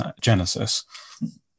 genesis